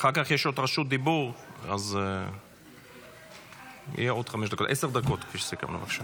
אחר כך יש עוד רשות דיבור עשר דקות, כפי שסיכמנו.